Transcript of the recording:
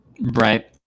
Right